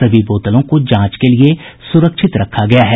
सभी बोतलों को जांच के लिये सुरक्षित रखा गया है